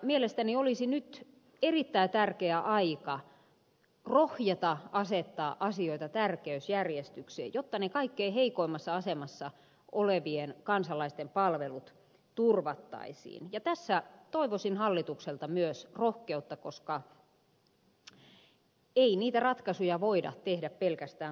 mielestäni nyt olisi erittäin tärkeä aika rohjeta asettaa asioita tärkeysjärjestykseen jotta ne kaikkein heikoimmassa asemassa ole vien kansalaisten palvelut turvattaisiin ja tässä toivoisin hallitukselta myös rohkeutta koska ei niitä ratkaisuja voida tehdä pelkästään kunnissa